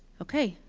ok.